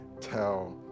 tell